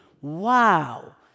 Wow